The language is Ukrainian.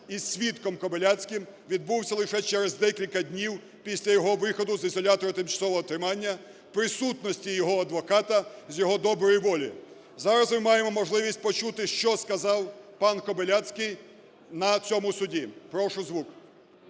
із свідком Кобиляцьким відбувся лише через декілька днів після його виходу з ізолятора тимчасового тримання в присутності його адвоката з його доброї волі. Зараз ми маємо можливість почути що сказав пан Кобиляцький на цьому суді. Прошу звук.